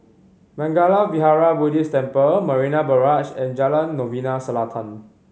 Mangala Vihara Buddhist Temple Marina Barrage and Jalan Novena Selatan